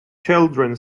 children